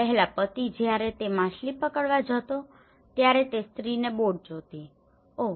પહેલાં પતિ જ્યારે તે માછલી પકડવા જતો ત્યારે તે સ્ત્રીને બોટ જોતી ઓહ